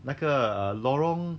那个 lorong